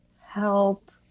Help